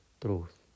truth